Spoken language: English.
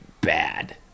Bad